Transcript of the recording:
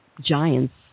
giants